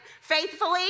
faithfully